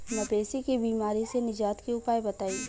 मवेशी के बिमारी से निजात के उपाय बताई?